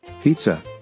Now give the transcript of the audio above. pizza